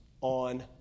on